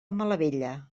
malavella